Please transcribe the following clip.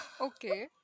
Okay